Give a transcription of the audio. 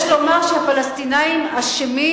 יש לומר שהפלסטינים אשמים,